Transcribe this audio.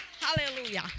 Hallelujah